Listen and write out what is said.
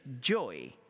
joy